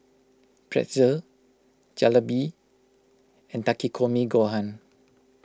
Pretzel Jalebi and Takikomi Gohan